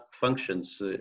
functions